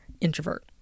introvert